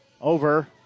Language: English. over